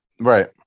right